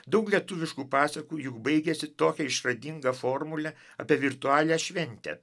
daug lietuviškų pasakų juk baigiasi tokia išradinga formule apie virtualią šventę